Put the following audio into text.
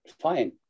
fine